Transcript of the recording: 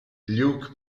luke